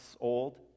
old